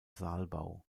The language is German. saalbau